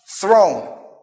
throne